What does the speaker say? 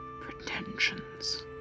pretensions